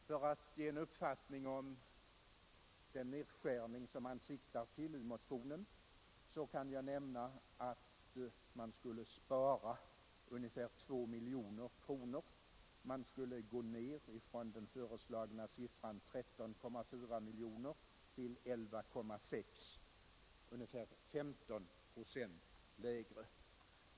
För att ge en uppfattning om den nedskärning som man siktar till i motionen kan jag nämna att man skulle spara ungefär 2 miljoner kronor, dvs. man skulle gå ner från föreslagna 13,4 till 11,6 miljoner, alltså ungefär 15 procent lägre.